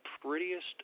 prettiest